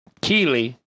Keely